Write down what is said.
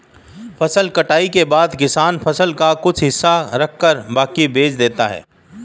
फसल कटाई के बाद किसान फसल का कुछ हिस्सा रखकर बाकी बेच देता है